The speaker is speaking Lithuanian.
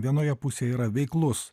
vienoje pusėje yra veiklus